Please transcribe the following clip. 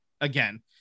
again